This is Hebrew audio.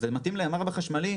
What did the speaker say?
זה מתאים ל-M-4 חשמלי,